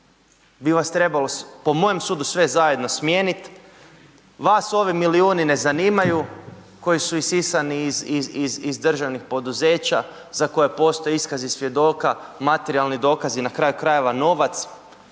bi vas trebalo, po mojem sudu sve zajedno smijeniti. Vas ovi milijuni ne zanimaju koji su isisani iz državnih poduzeća za koje postoje iskazi svjedoka, materijalni dokazi, na kraju krajeva novac.